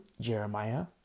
Jeremiah